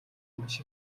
маш